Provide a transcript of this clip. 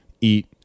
eat